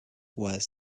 was